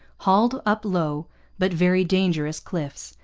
hauled up low but very dangerous cliffs,